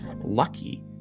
Lucky